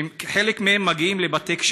חלק מן הקשישים מגיעים לבתי-קשישים,